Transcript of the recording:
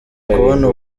kubona